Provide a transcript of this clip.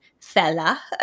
fella